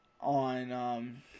on